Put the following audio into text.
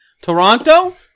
Toronto